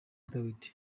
dawidi